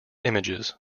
images